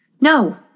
No